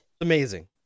Amazing